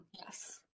Yes